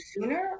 sooner